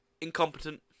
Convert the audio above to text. incompetent